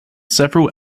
several